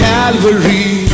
Calvary